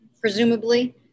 Presumably